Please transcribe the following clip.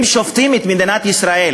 אם שופטים את מדינת ישראל